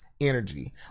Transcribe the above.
energy